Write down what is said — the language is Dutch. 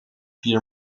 vier